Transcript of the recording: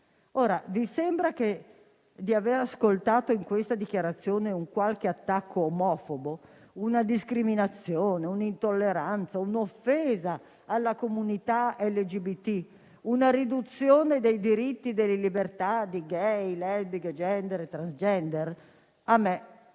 Ora, vi sembra di aver ascoltato in questa dichiarazione un qualche attacco omofobo, una discriminazione, un'intolleranza, un'offesa alla comunità LGBT, una riduzione dei diritti delle libertà di *gay*, lesbiche e *transgender*? A me